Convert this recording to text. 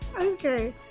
okay